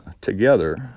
together